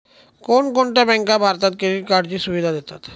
कोणकोणत्या बँका भारतात क्रेडिट कार्डची सुविधा देतात?